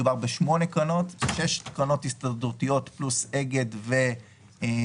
מדובר בשמונה קרנות: שש קרנות הסתדרותיות פלוס אגד והדסה.